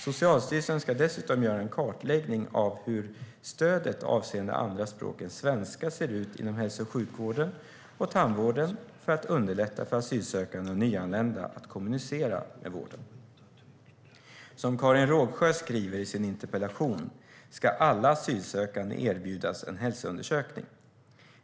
Socialstyrelsen ska dessutom göra en kartläggning av hur stödet avseende andra språk än svenska ser ut inom hälso och sjukvården och tandvården för att underlätta för asylsökande och nyanlända att kommunicera med vården. Som Karin Rågsjö skriver i sin interpellation ska alla asylsökande erbjudas en hälsoundersökning.